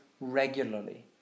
regularly